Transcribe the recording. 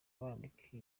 wandika